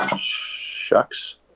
shucks